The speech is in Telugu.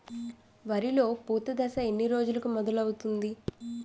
వరిలో పూత దశ ఎన్ని రోజులకు మొదలవుతుంది?